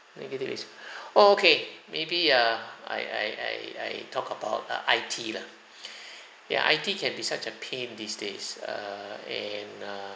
negative ex~ oh okay maybe uh I I I I talk about uh I_T lah ya I_T can be such a pain these days err and err